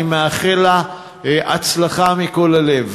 אני מאחל לה הצלחה מכל הלב,